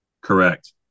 Correct